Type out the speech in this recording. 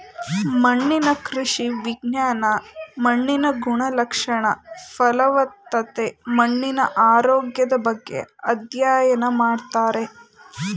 ಮಣ್ಣಿನ ಕೃಷಿ ವಿಜ್ಞಾನ ಮಣ್ಣಿನ ಗುಣಲಕ್ಷಣ, ಫಲವತ್ತತೆ, ಮಣ್ಣಿನ ಆರೋಗ್ಯದ ಬಗ್ಗೆ ಅಧ್ಯಯನ ಮಾಡ್ತಾರೆ